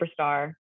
superstar